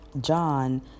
John